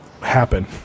happen